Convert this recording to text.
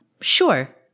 Sure